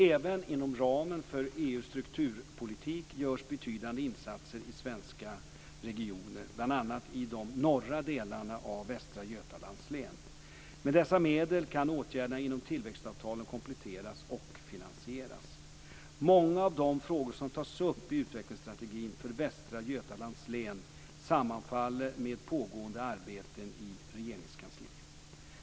Även inom ramen för EU:s strukturpolitik görs betydande insatser i svenska regioner, bl.a. i de norra delarna av Västra Götalands län. Med dessa medel kan åtgärderna inom tillväxtavtalen kompletteras och finansieras. Många av de frågor som tas upp i utvecklingsstrategin för Västra Götalands län sammanfaller med pågående arbeten i Regeringskansliet.